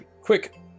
quick